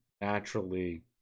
naturally